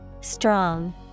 Strong